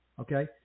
Okay